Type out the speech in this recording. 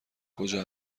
کجا